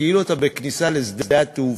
כאילו אתה בכניסה לשדה-התעופה.